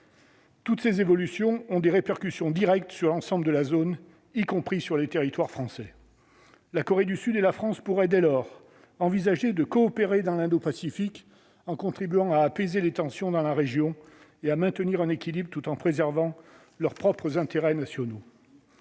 Toutes ces évolutions ont des répercussions directes sur l'ensemble de la zone, y compris sur les territoires français. La Corée du Sud et la France pourraient, dès lors, envisager de coopérer dans l'Indo-Pacifique en contribuant à apaiser les tensions dans la région et à maintenir un équilibre, tout en préservant leurs propres intérêts nationaux.